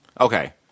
okay